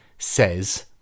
says